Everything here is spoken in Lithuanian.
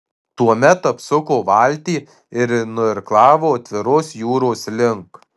tuomet apsuko valtį ir nuirklavo atviros jūros link